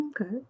Okay